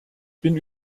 bin